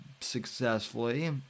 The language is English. successfully